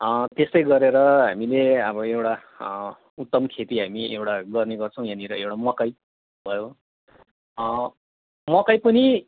त्यस्तै गरेर हामीले अब एउटा उत्तम खेती हामी एउटा गर्ने गर्छौँ यहाँनिर एउटा मकै भयो मकै पनि